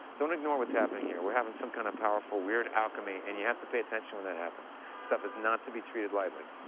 don't ignore what's happening here. we're having some kind of powerful, weird alchemy, and you have to pay attention when that happens. this stuff is not to be treated lightly.